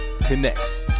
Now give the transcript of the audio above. Connects